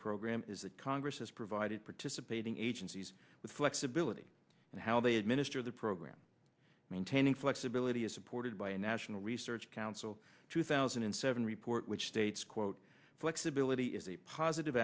program is that congress has provided participating agencies with flexibility in how they administer the program maintaining flexibility is supported by a national research council two thousand and seven report which states quote flexibility is a positive